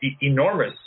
enormous